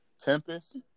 Tempest